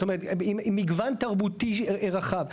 זאת אומרת, עם מגוון תרבותי רחב.